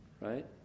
right